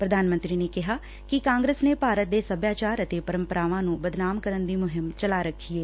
ਪ੍ਰਧਾਨ ਮੰਤਰੀ ਨੇ ਕਿਹਾ ਕਿ ਕਾਂਗਰਸ ਨੇ ਭਾਰਤ ਦੇ ਸਭਿਆਚਾਰ ਅਤੇ ਪਰਪਰਾਵਾਂ ਨੂੰ ਬਦਨਾਮ ਕਰਨ ਦੀ ਮੁਹਿੰਮ ਚਲਾ ਰੱਖੀ ਏ